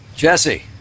Jesse